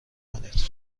کنید